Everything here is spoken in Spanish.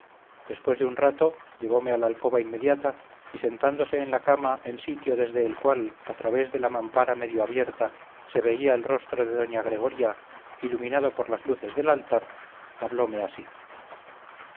después de un rato llevome a la alcoba inmediata y sentándose en la cama en sitio desde el cual al través dela mampara medio abierta se veía el rostro de doña gregoria iluminado por las luces del altar hablome así